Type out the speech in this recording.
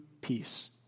peace